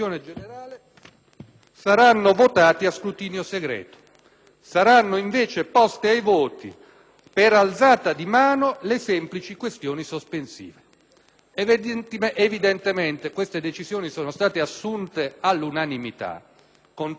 saranno votati a scrutinio segreto. Saranno invece poste ai voti per alzata di mano le semplice questioni sospensive. Queste decisioni sono state assunte all'unanimità, con tutti i presenti